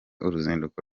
uruzinduko